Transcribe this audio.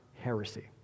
heresy